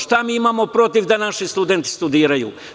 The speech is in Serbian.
Šta mi imamo protiv da naši studenti studiraju?